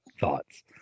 thoughts